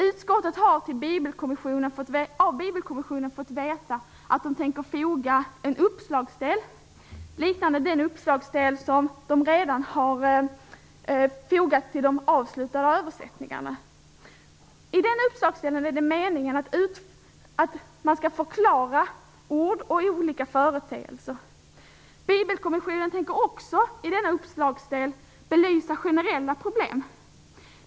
Utskottet har av Bibelkommissionen fått veta att man tänker tillfoga en uppslagsdel liknande den uppslagsdel som redan har fogats till de avslutade översättningarna. I den uppslagsdelen är det meningen att man skall förklara ord och olika företeelser. Bibelkommissionen tänker också belysa generella problem i denna uppslagsdel.